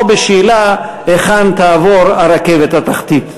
או בשאלה היכן תעבור הרכבת התחתית.